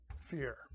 fear